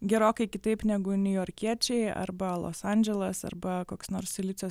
gerokai kitaip negu niujorkiečiai arba los andželas arba koks nors silicio